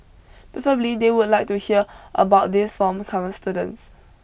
preferably they would like to hear about these from current students